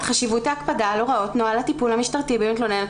את חשיבות ההקפדה על הוראות נוהל הטפול המשטרתי במתלוננת